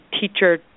teacher